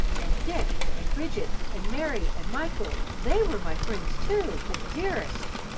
and dick and bridget and mary and michael, they were my friends, too but dearest,